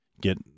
get